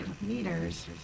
meters